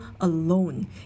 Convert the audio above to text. alone